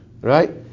right